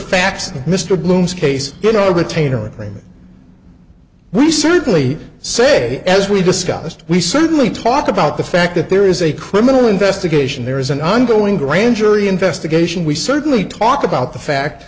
facts mr bloom's case you know retainer agreement we certainly say as we discussed we certainly talk about the fact that there is a criminal investigation there is an ongoing grand jury investigation we certainly talk about the fact